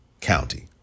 county